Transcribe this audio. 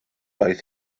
oedd